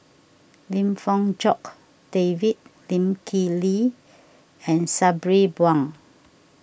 Lim Fong Jock David Lee Kip Lee and Sabri Buang